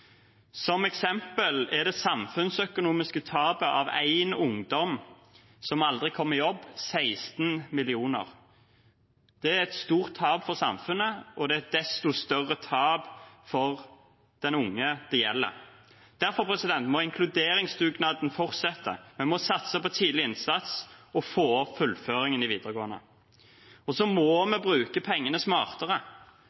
Som eksempel er det samfunnsøkonomiske tapet av én ungdom som aldri kom i jobb, 16 mill. kr. Det er et stort tap for samfunnet, og det er et desto større tap for den unge det gjelder. Derfor må inkluderingsdugnaden fortsette, vi må satse på tidlig innsats og få opp fullføringen i videregående. Og så må vi